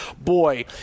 Boy